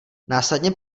následně